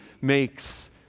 makes